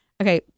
Okay